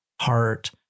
heart